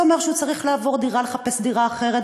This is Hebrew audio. זה אומר שהוא צריך לעבור דירה, לחפש דירה אחרת.